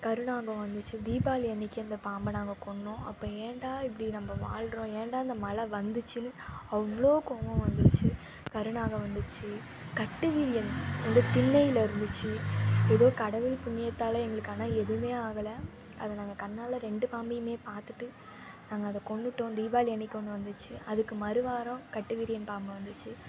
கருநாகம் வந்துச்சு தீபாவளி அன்னைக்கு அந்த பாம்பை நாங்கள் கொன்றோம் அப்போ ஏன்டா இப்படி நம்ம வாழ்கிறோம் ஏன்டா இந்த வந்துச்சுனு அவ்வளோ கோபம் வந்துச்சு கருநாகம் வந்துச்சு கட்டுவிரியன் வந்து திண்ணையில் இருந்துச்சு ஏதோ கடவுள் புண்ணியத்தால் எங்களுக்கு ஆனால் எதுவுமே ஆகலை அதை நாங்கள் கண்ணால் ரெண்டு பாம்பையும் பார்த்துட்டு நாங்கள் அதை கொன்னுட்டோம் தீபாவளி அன்னைக்கு ஒன்று வந்துச்சு அதுக்கு மறுவாரம் கட்டுவிரியன் பாம்பு வந்துச்சு